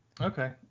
Okay